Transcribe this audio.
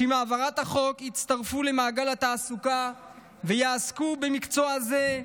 שעם העברת החוק יצטרפו למעגל התעסוקה ויעסקו במקצוע זה,